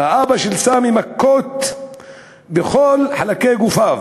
האבא של סאמי, מכות בכל חלקי גופו